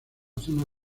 zona